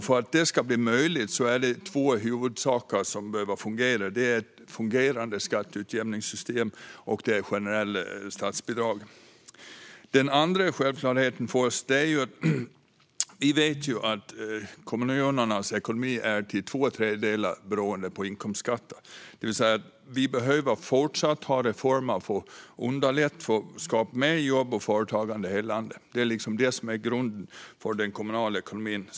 För att det ska vara möjligt är det två huvudsaker som behöver finnas: ett fungerande skatteutjämningssystem och generella statsbidrag. Den andra självklarheten är att vi vet att kommunernas ekonomi till två tredjedelar är beroende av inkomstskatten. Vi behöver alltså även fortsättningsvis ha reformer för att underlätta för skapande av mer jobb och företagande i hela landet. Detta är grunden för den kommunala ekonomin.